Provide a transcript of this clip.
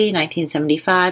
1975